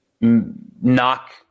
knock